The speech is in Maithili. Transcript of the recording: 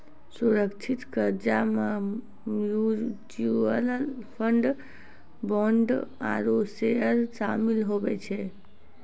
सुरक्षित कर्जा मे म्यूच्यूअल फंड, बोंड आरू सेयर सामिल हुवै छै